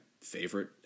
favorite